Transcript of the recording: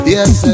Yes